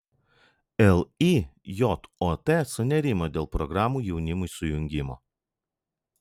lijot sunerimo dėl programų jaunimui sujungimo